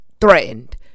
threatened